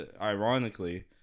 ironically